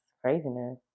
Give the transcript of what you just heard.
craziness